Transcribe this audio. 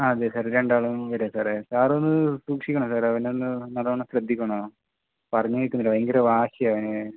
അതെ സാറേ രണ്ടാളും ഇവിടെയാണ് സാറേ സാർ ഒന്നു സൂക്ഷിക്കണം സാറേ അവനെ ഒന്ന് നല്ലോണം ശ്രദ്ധിക്കണം പറഞ്ഞത് കേൾക്കുന്നില്ല ഭയങ്കര വാശിയാണ് അവന്